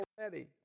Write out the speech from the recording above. already